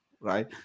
right